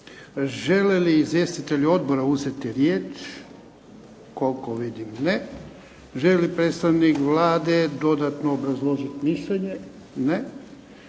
Žele li izvjestitelji odbora uzeti riječ? Koliko vidim ne. Žele li predstavnik Vlade dodatno obrazložiti mišljenje? Ne.